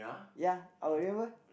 ya our remember